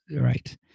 right